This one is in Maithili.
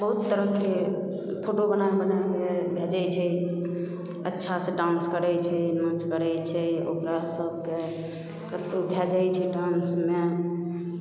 बहुत तरहके फोटो बनै बनैके भेजै छै जे अच्छासे डान्स करै छै नाच करै छै ओकरा सबके कतहु भेजै छै डान्समे